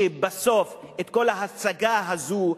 שבסוף כל ההצגה הזו,